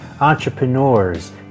entrepreneurs